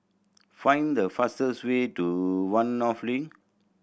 find the fastest way to One North Link